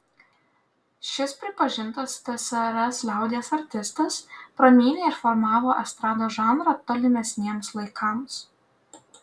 šis pripažintas tsrs liaudies artistas pramynė ir formavo estrados žanrą tolimesniems laikams